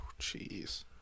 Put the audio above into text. Jeez